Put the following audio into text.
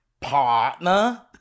Partner